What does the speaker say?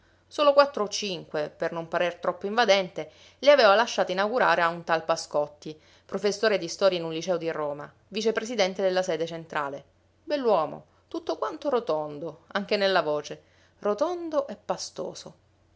solo quattro o cinque per non parer troppo invadente le aveva lasciate inaugurare a un tal pascotti professore di storia in un liceo di roma vicepresidente della sede centrale bell'uomo tutto quanto rotondo anche nella voce rotondo e pastoso